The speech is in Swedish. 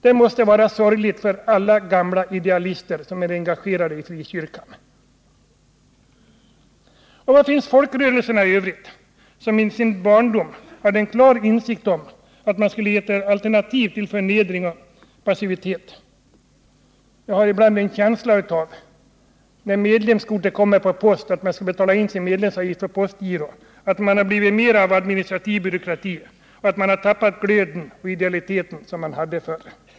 Det måste vara sorgligt för alla gamla idealister, som är engagerade i frikyrkan. Och var finns folkrörelserna i övrigt, som i sin barndom hade en klar insikt om att man skulle ge ett alternativ till förnedring och passivitet? Jag har ibland en känsla av, när medlemskorten kommer på posten och man skall betala in sin medlemsavgift på postgirot, att folkrörelserna har blivit en administrativ byråkrati, att de har tappat glöden och idealiteten som fanns förr.